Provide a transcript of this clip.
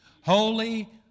Holy